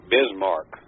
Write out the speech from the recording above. Bismarck